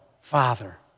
Father